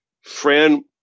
Fran